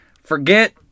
Forget